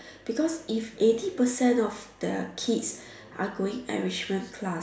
because if eighty percent of their kids are going enrichment class